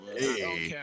hey